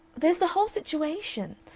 there's the whole situation.